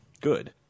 good